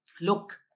look